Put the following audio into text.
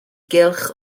gylch